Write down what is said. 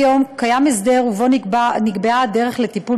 כיום קיים הסדר שבו נקבעה הדרך לטיפול